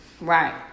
Right